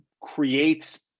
creates